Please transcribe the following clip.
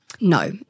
No